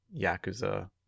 Yakuza